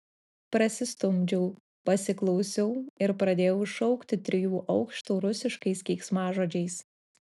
prasistumdžiau pasiklausiau ir pradėjau šaukti trijų aukštų rusiškais keiksmažodžiais